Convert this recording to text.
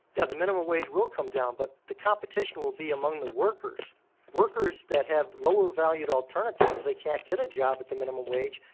the the minimum wage will come down. but the competition will be among the workers. the workers that have lower valued alternatives, they can't get a job at the minimum wage,